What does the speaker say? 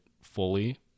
fully